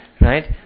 right